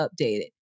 updated